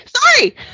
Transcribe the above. Sorry